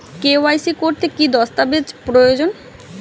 KYC করতে কি দস্তাবেজ প্রয়োজন?